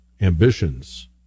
ambitions